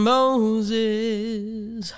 Moses